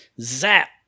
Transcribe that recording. zap